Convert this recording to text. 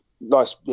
nice